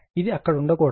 ఇది అక్కడ ఉండకూడదు